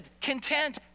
content